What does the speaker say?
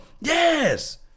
yes